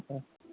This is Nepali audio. कुखुराको